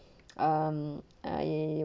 um I